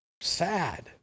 sad